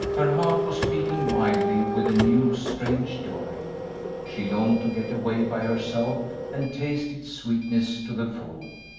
her heart was beating wildly with a new, strange joy she longed to get away by herself and taste its sweetness to the full.